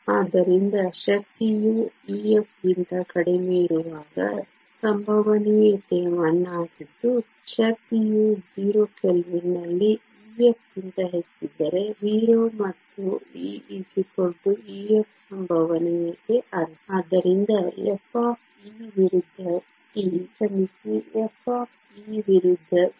ಆದ್ದರಿಂದ ಶಕ್ತಿಯು EF ಗಿಂತ ಕಡಿಮೆಯಿರುವಾಗ ಸಂಭವನೀಯತೆ 1 ಆಗಿದ್ದು ಶಕ್ತಿಯು 0 ಕೆಲ್ವಿನ್ ನಲ್ಲಿ EF ಗಿಂತ ಹೆಚ್ಚಿದ್ದರೆ 0 ಮತ್ತು E EF ಸಂಭವನೀಯತೆ ಅರ್ಧ ಆದ್ದರಿಂದ f ವಿರುದ್ಧ T ಕ್ಷಮಿಸಿ f ವಿರುದ್ಧ E